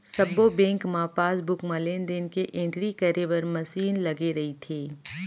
सब्बो बेंक म पासबुक म लेन देन के एंटरी करे बर मसीन लगे रइथे